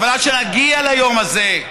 אבל עד שנגיע ליום הזה,